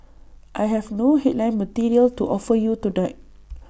I have no headline material to offer you tonight